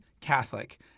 Catholic